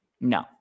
No